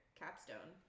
capstone